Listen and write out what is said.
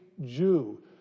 Jew